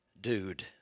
dude